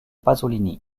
pasolini